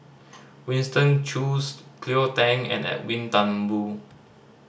Winston Choos Cleo Thang and Edwin Thumboo